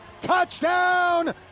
Touchdown